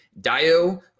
Dio